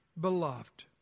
beloved